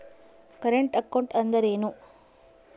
Current account ಅಂದರೇನು?